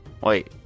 Wait